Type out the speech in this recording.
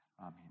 Amen